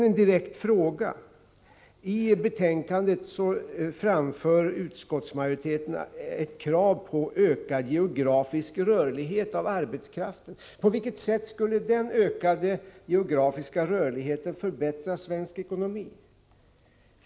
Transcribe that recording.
En direkt fråga: I betänkandet framför utskottsmajoriteten ett krav på ökad geografisk rörlighet av arbetskraften. På vilket sätt skulle den ökade geografiska rörligheten förbättra svensk ekonomi?